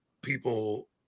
people